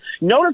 Notice